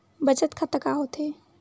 बचत खाता का होथे?